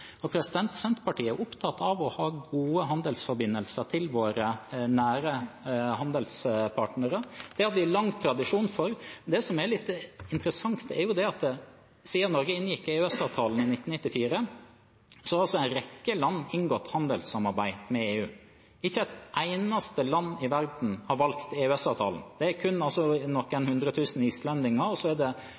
Senterpartiet er opptatt av å ha gode handelsforbindelser til våre nære handelspartnere. Det har vi lang tradisjon for. Det som er litt interessant, er jo at siden Norge inngikk EØS-avtalen i 1994, har en rekke land inngått handelssamarbeid med EU. Ikke et eneste land i verden bortsett fra Norge har valgt EØS-avtalen – det er kun noen hundre tusen islendinger og Prins Hans Adam II av Liechtenstein. Det